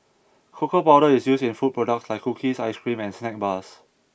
cocoa powder is used in food products like cookies ice cream and snack bars